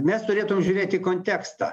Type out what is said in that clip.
mes turėtum žiūrėt į kontekstą